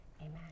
Amen